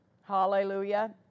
Hallelujah